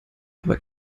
aber